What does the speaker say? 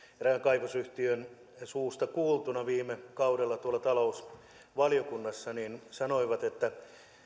erään kaivosyhtiön suusta viime kaudella tuolla talousvaliokunnassa kuultuna sanoivat että